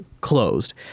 closed